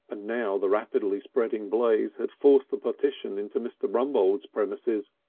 ah now the rapidly spreading blaze had forced the partition into mr. rumbold's premises,